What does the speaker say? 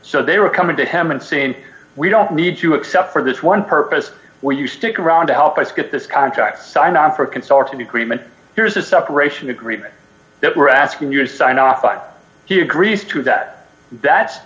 so they were coming to him and saying we don't need to except for this one purpose where you stick around to help us get this contract signed on for a consulting agreement there's a separation agreement that we're asking your sign off but he agrees to that that's